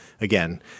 again